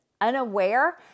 unaware